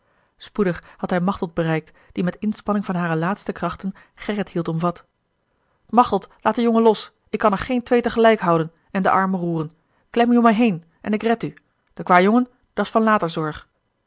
spoedig had hij machteld bereikt die met inspanning van hare laatste krachten gerrit hield omvat machteld laat den jongen los ik kan er a l g bosboom-toussaint de delftsche wonderdokter eel twee tegelijk houden en de armen roeren klem u om mij heen en ik red u de kwâ jongen dat's van latere zorg